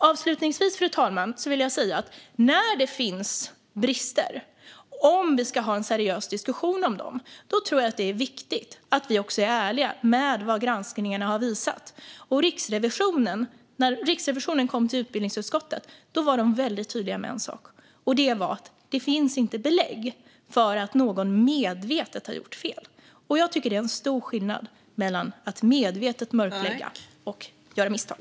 Avslutningsvis, fru talman, vill jag säga detta: När det finns brister tror jag att det är viktigt att vi är ärliga med vad granskningarna har visat om vi ska ha en seriös diskussion om dessa brister. När Riksrevisionen kom till utbildningsutskottet var de väldigt tydliga med en sak, nämligen att det inte finns belägg för att någon medvetet har gjort fel. Jag tycker att det är stor skillnad mellan att medvetet mörklägga och att göra misstag.